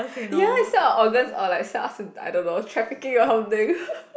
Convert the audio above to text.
ya sell our organs or like sell us to I don't know trafficking or something